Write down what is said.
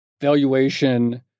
valuation